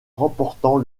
remportant